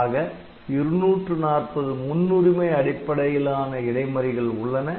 ஆக 240 முன்னுரிமை அடிப்படையிலான இடைமறிகள் உள்ளன